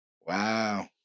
Wow